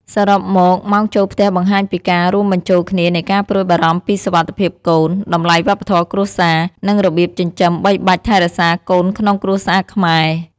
សរុបមកម៉ោងចូលផ្ទះបង្ហាញពីការរួមបញ្ចូលគ្នានៃការព្រួយបារម្ភពីសុវត្ថិភាពកូន តម្លៃវប្បធម៌គ្រួសារ និងរបៀបចិញ្ចឹមបីបាច់ថែរក្សាកូនក្នុងគ្រួសារខ្មែរ។